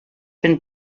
been